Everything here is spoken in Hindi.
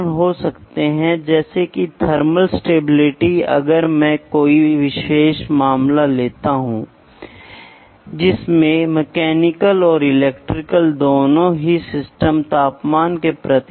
इसलिए आपको दी गई चुनौती यह है कि आप एक रबर बैंड को मापने की कोशिश करें जब आप इसे एक पैमाने पर रखने की कोशिश करें या जब आप इसे अपने हाथ में पकड़ने की कोशिश करें तो यह खिंचाव होने वाला है